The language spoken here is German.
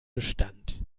bestand